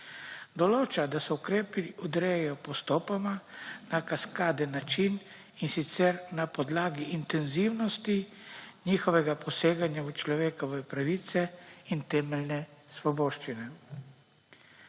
Določa, da se ukrepi odrejajo postopoma, na kaskaden način, in sicer na podlagi intenzivnosti njihovega poseganja v človekove pravice in temeljne svoboščine.